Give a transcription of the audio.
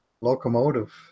locomotive